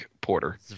Porter